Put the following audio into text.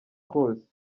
kose